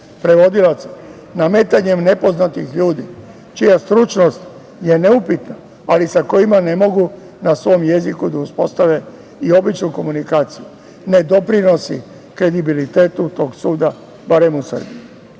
prevodilaca, nametanjem nepoznatih ljudi čija stručnost je neupitna, ali sa kojima ne mogu na svom jeziku da uspostave i običnu komunikaciju, ne doprinosi kredibilitetu tog suda, zato predlažem